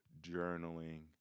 journaling